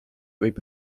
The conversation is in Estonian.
võib